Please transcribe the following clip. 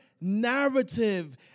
narrative